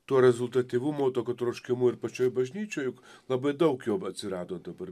tuo rezultatyvumo tokio troškimu ir pačioj bažnyčioj juk labai daug jo atsirado dabar